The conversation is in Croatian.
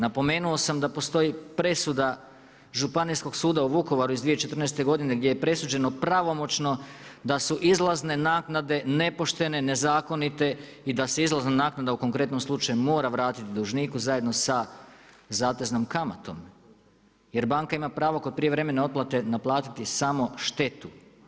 Napomenuo sam da postoji presuda Županijskog suda u Vukovaru iz 2014. godine gdje je presuđeno pravomoćno da su izlazne naknade nepoštene, nezakonite i da se izlazna naknada u konkretnom slučaju mora vratiti dužniku zajedno sa zateznom kamatom jer banka ima pravo kod prijevremene otplate naplatiti samo štetu.